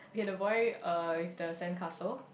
okay the boy uh with the sandcastle